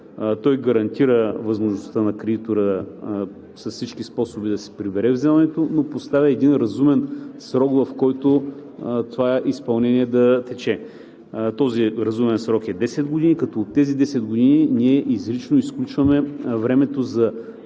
той гарантира възможността на кредитора с всички способи да си прибере вземането, но поставя един разумен срок, в който това изпълнение да тече. Този разумен срок е 10 години, като от тези 10 години ние изрично изключваме времето за